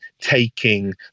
taking